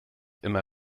immer